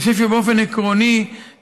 אני חושב שבאופן עקרוני,